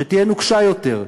שתהיה נוקשה יותר,